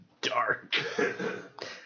dark